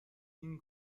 این